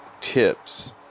tips